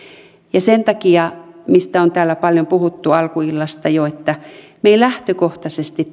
ja sen takia toivon mistä on täällä puhuttu alkuillasta jo että me emme lähtökohtaisesti